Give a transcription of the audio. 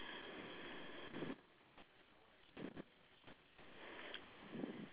okay